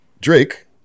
Drake